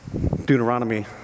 Deuteronomy